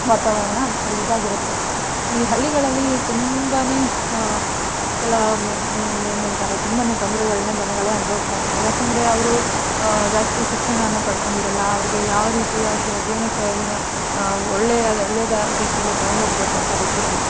ವಾತಾವರಣ ಅಲ್ಲಿ ಅಲ್ಲಿದಾಗಿರುತ್ತೆ ಈ ಹಳ್ಳಿಗಳಲ್ಲಿ ತುಂಬ ಕೆಲವು ಏನು ಹೇಳ್ತರೆ ತುಂಬ ತೊಂದ್ರೆಗಳನ್ನು ಜನಗಳು ಅನ್ಬೌಸ್ತಾ ಇರ್ತಾರೆ ಯಾಕೆಂದರೆ ಅವರು ಜಾಸ್ತಿ ಶಿಕ್ಷಣಾನ ಪಡ್ಕೊಂಡಿರೋಲ್ಲ ಅವರಿಗೆ ಯಾವ ರೀತಿಯ ಶೈ ಜೀವನ ಶೈಲಿನ ಒಳ್ಳೆಯ ಒಳ್ಳೆದ ರೀತಿಯಲ್ಲೆ ತೊಗೊಂಡು ಹೋಗ್ಬೇಕು ಅಂತ ಗೊತ್ತಿರೋಲ್ಲ